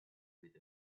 with